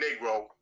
negro